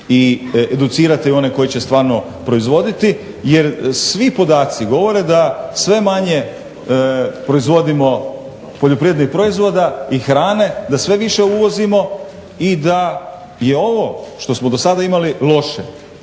i educirati one koji će stvarno proizvoditi jer svi podaci govore da sve manje proizvodimo poljoprivrednih proizvoda i hrane, da sve više uvozimo i da je ovo što smo do sada imali loše.